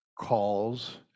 calls